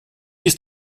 ist